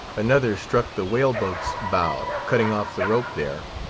another struck the whale-boat's bow, cutting off the rope there,